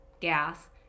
gas